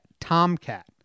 Tomcat